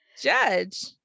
judge